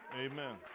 Amen